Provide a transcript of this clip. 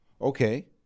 Okay